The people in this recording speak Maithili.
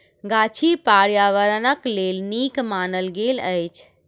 गाछी पार्यावरणक लेल नीक मानल गेल अछि